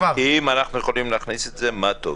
אם אנחנו יכולים להכניס את זה, מה טוב.